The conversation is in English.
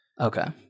Okay